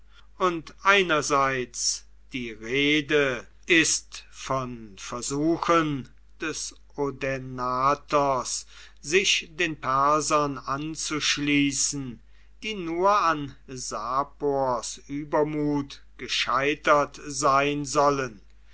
und einerseits die rede ist von versuchen des odaenathos sich den persern anzuschließen die nur an sapors übermut gescheitert sein sollen